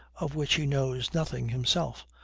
of which he knows nothing himself,